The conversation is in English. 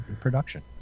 production